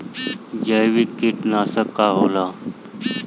जैविक कीटनाशक का होला?